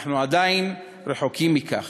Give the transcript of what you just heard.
אנחנו עדיין רחוקים מכך.